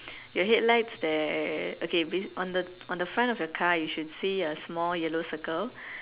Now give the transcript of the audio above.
your headlights there okay bas on the on the front of your car you should see a small yellow circle